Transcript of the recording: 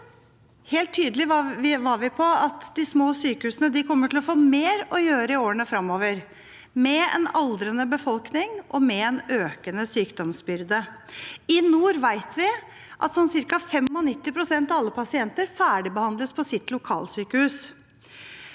helt tydelig på at de små sykehusene kom til å få mer å gjøre i årene fremover, med en aldrende befolkning og en økende sykdomsbyrde. I nord vet vi at ca. 95 pst. av alle pasienter ferdigbehandles på sitt lokalsykehus.